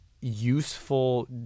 useful